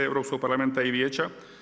Europskog parlamenta i Vijeća.